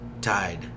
tied